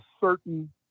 certain